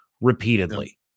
repeatedly